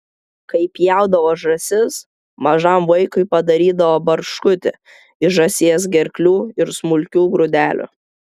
kai pjaudavo žąsis mažam vaikui padarydavo barškutį iš žąsies gerklų ir smulkių grūdelių